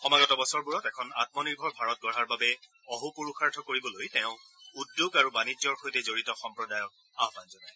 সমাগত বছৰবোৰত এখন আমনিৰ্ভৰ ভাৰত গঢ়াৰ বাবে অহোপুৰুষাৰ্থ কৰিবলৈ তেওঁ উদ্যোগ আৰু বাণিজ্যৰ সৈতে জড়িত সম্প্ৰদায়ক আহান জনায়